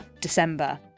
December